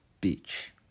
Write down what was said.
Beach